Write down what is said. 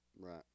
Right